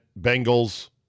Bengals